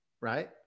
right